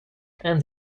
and